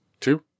Two